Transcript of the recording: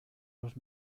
los